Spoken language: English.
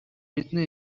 return